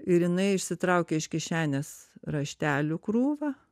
ir jinai išsitraukė iš kišenės raštelių krūvą